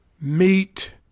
meet